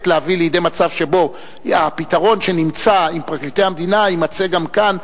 באמת להביא לידי מצב שבו הפתרון שנמצא עם פרקליטי המדינה יימצא גם כאן,